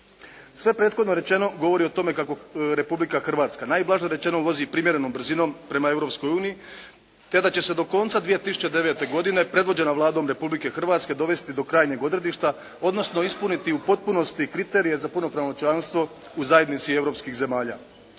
Sve prethodno rečeno govori o tome kako Republika Hrvatska najblaže rečeno vozi primjerenom brzinom prema Europskoj uniji te da će se do konca 2009. godine predvođena Vladom Republike Hrvatske dovesti do krajnjeg odredišta, odnosno ispuniti u potpunosti kriterije za punopravno članstvo u zajednici Europskih zemalja.